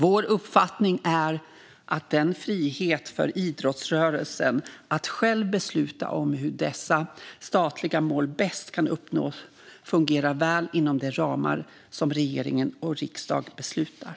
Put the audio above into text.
Vår uppfattning är att den frihet för idrottsrörelsen att själv besluta om hur dessa statliga mål bäst kan uppnås fungerar väl inom de ramar som regering och riksdag beslutar.